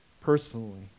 personally